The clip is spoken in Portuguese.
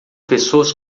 pessoas